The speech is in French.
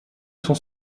son